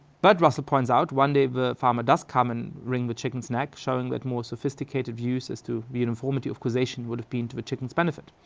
but russell points out, one day the farmer does come and wring the chickens neck, showing that more sophisticated views as to the uniformity of causation would've been to a chickens benefit.